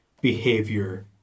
behavior